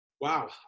wow